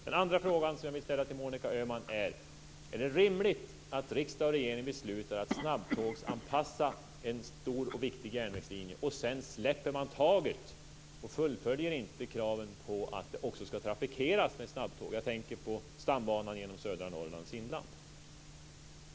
Den andra frågan som jag vill ställa till Monica Öhman är: Är det rimligt att riksdag och regering beslutar att snabbtågsanpassa en stor och viktig järnvägslinje för att sedan släppa taget och inte fullfölja kraven på att järnvägen också skall trafikeras med snabbtåg? Jag tänker på stambanan genom södra Norrlands inland.